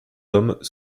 hommes